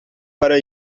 para